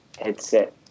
Headset